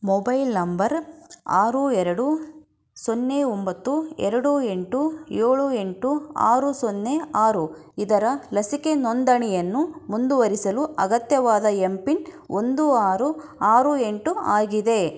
mobile number ಆರು ಎರಡು ಸೊನ್ನೆ ಒಂಬತ್ತು ಎರಡು ಎಂಟು ಏಳು ಎಂಟು ಆರು ಸೊನ್ನೆ ಆರು ಇದರ ಲಸಿಕೆ ನೋಂದಣಿಯನ್ನು ಮುಂದುವರಿಸಲು ಅಗತ್ಯವಾದ ಎಂ ಪಿನ್ ಒಂದು ಆರು ಆರು ಎಂಟು ಆಗಿದೆ